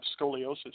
scoliosis